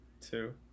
two